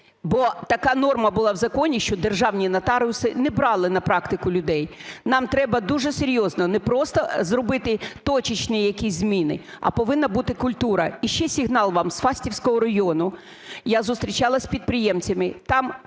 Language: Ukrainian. бо така норма була в законі, що державні нотаріуси не брали на практику людей. Нам треба дуже серйозно не просто зробити точечні якісь зміни, а повинна бути культура. І ще сигнал вам з Фастівського району. Я зустрічалась із підприємцями,